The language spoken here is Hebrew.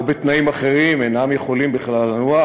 או בתנאים אחרים אינם יכולים בכלל לנוע,